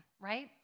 right